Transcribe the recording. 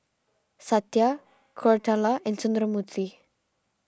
Satya Koratala and Sundramoorthy